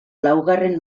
laugarren